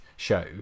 show